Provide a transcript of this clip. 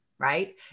Right